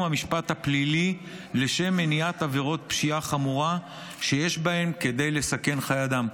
המשפט הפלילי לשם מניעת עבירות פשיעה חמורה שיש בהן כדי לסכן חיי אדם.